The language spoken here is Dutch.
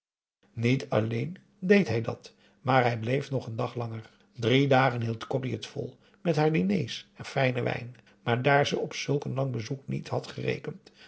niet alleen deed hij dat maar hij bleef nog een dag langer drie dagen hield corrie het vol met haar diners en fijnen wijn maar daar ze op zulk een lang bezoek niet had gerekend